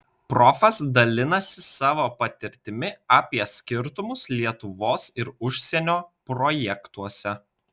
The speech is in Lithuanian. profas dalinasi savo patirtimi apie skirtumus lietuvos ir užsienio projektuose